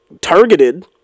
targeted